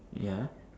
ya